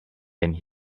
and